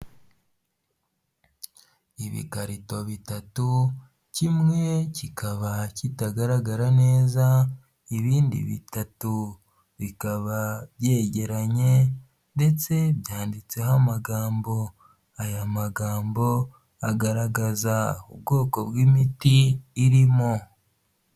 Ibikarito bitatu, kimwe kikaba kitagaragara neza, ibindi bitatu bikaba byegeranye, ndetse byanditseho amagambo, aya magambo agaragaza ubwoko bw'imiti irimo.